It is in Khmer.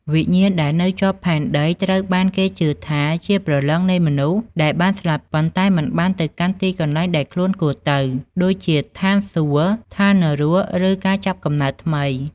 វិញ្ញាណដែលនៅជាប់ផែនដី ត្រូវបានគេជឿថាជាព្រលឹងនៃមនុស្សដែលបានស្លាប់ ប៉ុន្តែមិនបានទៅកាន់ទីកន្លែងដែលខ្លួនគួរទៅ ដូចជាឋានសួគ៌ ឋាននរក ឬការចាប់កំណើតថ្មី។